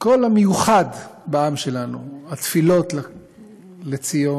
כל המיוחד בעם שלנו: התפילות לציון,